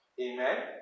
Amen